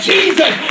Jesus